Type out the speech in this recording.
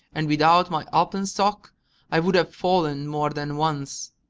and without my alpenstock i would have fallen more than once.